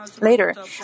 later